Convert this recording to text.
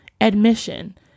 admission